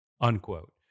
Unquote